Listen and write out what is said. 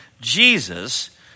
Jesus